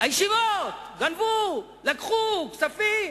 הישיבות גנבו, לקחו כספים.